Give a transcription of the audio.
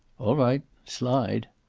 all right. slide.